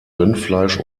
rindfleisch